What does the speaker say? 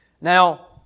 Now